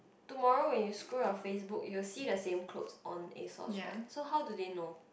tomorrow when you scroll your Facebook you will see the same clothes on Asos right so how do they know